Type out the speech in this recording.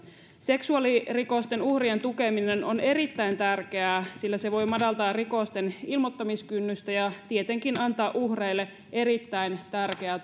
seksuaalirikosten uhrien tukeminen on erittäin tärkeää sillä se voi madaltaa rikosten ilmoittamiskynnystä ja tietenkin antaa uhreille erittäin tärkeää